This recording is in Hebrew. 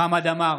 חמד עמאר,